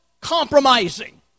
compromising